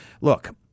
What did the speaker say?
look